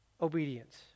Obedience